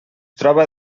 troba